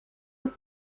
und